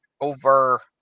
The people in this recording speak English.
over